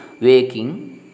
waking